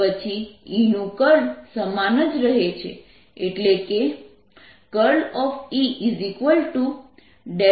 પછી E નું curl સમાન જ રહે છે એટલે કે E B∂t